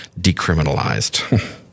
decriminalized